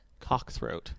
Cockthroat